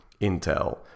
Intel